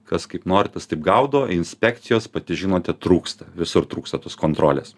kas kaip nori tas taip gaudo inspekcijos pati žinote trūksta visur trūksta tos kontrolės